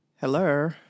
Hello